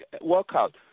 workout